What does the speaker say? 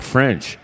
French